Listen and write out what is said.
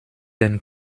den